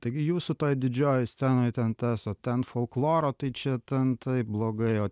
taigi jūsų toj didžiojoj scenoj ten tas o ten folkloro tai čia ten taip blogai o